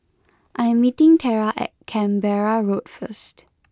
I am meeting Tera at Canberra Road first